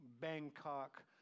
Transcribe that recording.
Bangkok